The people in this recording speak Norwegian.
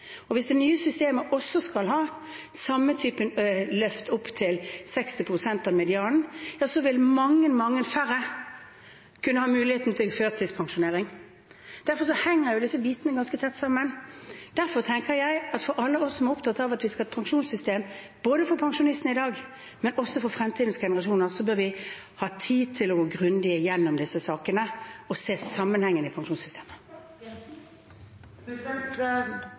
Hvis det nye systemet også skal ha samme type løft opp til 60 pst. av medianen, vil mange, mange færre kunne ha muligheten til førtidspensjonering. Derfor henger disse bitene ganske tett sammen. Derfor tenker jeg at alle vi som er opptatt av at vi skal ha et pensjonssystem for pensjonistene i dag, men også for fremtidens generasjoner, bør ha tid til å gå grundig igjennom disse sakene og se på sammenhengene i pensjonssystemet.